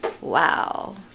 Wow